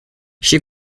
she